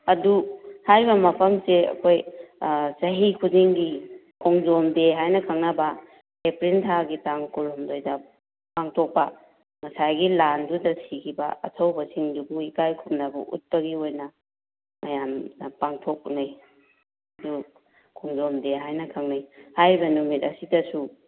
ꯑꯗꯨ ꯍꯥꯏꯔꯤꯕ ꯃꯐꯝꯁꯦ ꯑꯩꯈꯣꯏ ꯆꯍꯤ ꯈꯨꯗꯤꯡꯒꯤ ꯈꯣꯡꯖꯣꯝ ꯗꯦ ꯍꯥꯏꯅ ꯈꯪꯅꯕ ꯑꯄ꯭ꯔꯤꯜ ꯊꯥꯒꯤ ꯇꯥꯡ ꯀꯨꯟꯍꯨꯝꯗꯣꯏꯗ ꯄꯥꯡꯊꯣꯛꯄ ꯉꯁꯥꯏꯒꯤ ꯂꯥꯟꯗꯨꯗ ꯁꯤꯈꯤꯕ ꯑꯊꯧꯕ ꯁꯤꯡꯗꯨꯕꯨ ꯏꯀꯥꯏ ꯈꯨꯝꯅꯕ ꯎꯠꯄꯒꯤ ꯑꯣꯏꯅ ꯃꯌꯥꯝꯅ ꯄꯥꯡꯊꯣꯛꯅꯩ ꯑꯗꯨ ꯈꯣꯡꯖꯣꯝ ꯗꯦ ꯍꯥꯏꯅ ꯈꯪꯅꯩ ꯍꯥꯏꯔꯤꯕ ꯅꯨꯃꯤꯠ ꯑꯁꯤꯗꯁꯨ